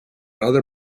other